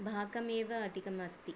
भागमेव अधिकमस्ति